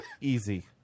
Easy